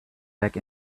back